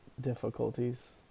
difficulties